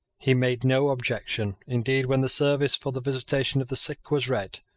he made no objection indeed when the service for the visitation of the sick was read.